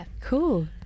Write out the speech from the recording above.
Cool